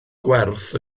gwerth